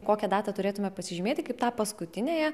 kokią datą turėtume pasižymėti kaip tą paskutiniąją